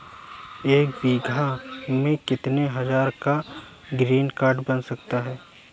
एक बीघा में कितनी हज़ार का ग्रीनकार्ड बन जाता है?